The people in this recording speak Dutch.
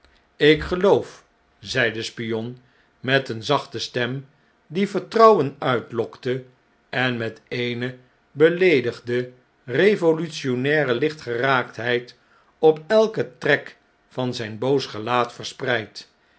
lk geloof zei d e spion met een zachte stem die vertrouwen uitlokte en met eene beleedigde revolutionaire lichtgeraaktheid op elken trek van zn'n boos gelaat verspreid